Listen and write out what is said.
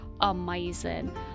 amazing